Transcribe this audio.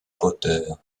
potter